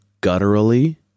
gutturally